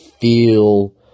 feel